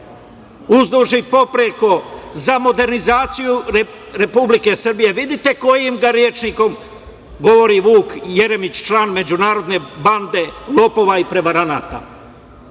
uzduž i popreko, za modernizaciju Republike Srbije. Vidite kojim rečnikom govori Vuk Jeremić, član međunarodne bande lopova i prevaranata. Kad